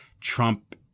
Trump